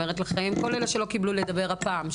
כל אלה שלא קיבלו רשות לדבר הפעם,